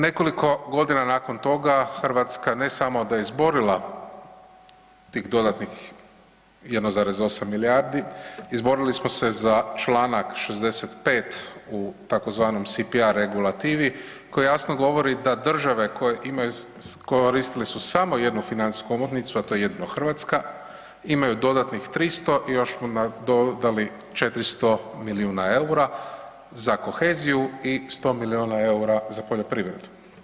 Nekoliko godina nakon toga Hrvatska ne samo da je izborila tih dodatnih 1,8 milijardi, izborili smo se za Članak 65. u tzv. CPR regulativi koji jasno govori da države koje imaju, koristile su samo jednu financijsku omotnicu, a to je jedino Hrvatska imaju dodatnih 300 i još smo nadodali 400 milijuna EUR-a za koheziju i 100 miliona EUR-a za poljoprivredu.